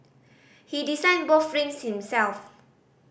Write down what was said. he designed both rings himself